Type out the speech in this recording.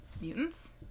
mutants